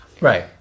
Right